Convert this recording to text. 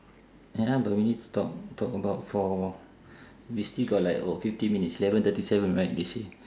ya but we need to talk talk about for we still got like oh fifty minutes eleven thirty seven right they say